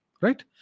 right